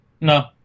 no